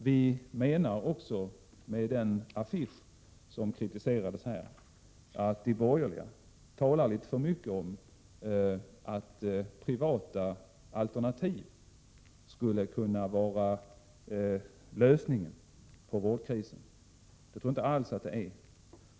Vi menar också med den affisch som kritiserats här att de borgerliga talar för mycket om att privata alternativ skulle vara lösningen på vårdkrisen. Det tror jag inte alls.